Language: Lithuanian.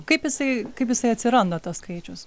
kaip jisai kaip jisai atsiranda tas skaičius